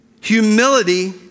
Humility